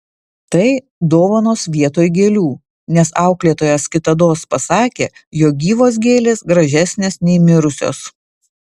tai dovanos vietoj gėlių nes auklėtojas kitados pasakė jog gyvos gėlės gražesnės nei mirusios